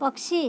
पक्षी